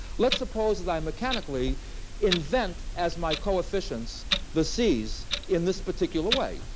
let's suppose that i mechanically invent as my coefficients the c's in this particular way.